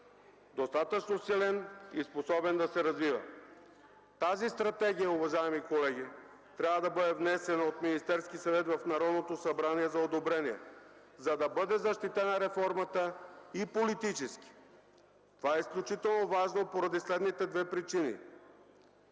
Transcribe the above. достатъчно силен и способен да се развива. Тази стратегия, уважаеми колеги, трябва да бъде внесена от Министерския съвет в Народното събрание за одобрение, за да бъде защитена реформата и политически. Това е изключително важно поради следните две причини.